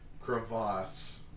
crevasse